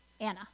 Anna